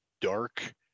dark